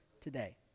today